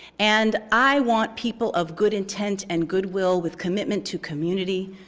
and i want people of good intent and goodwill, with commitment to community,